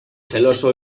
celoso